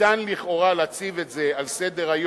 ניתן לכאורה להציב את זה על סדר-היום,